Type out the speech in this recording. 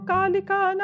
Kalika